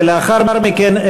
ולאחר מכן,